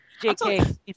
JK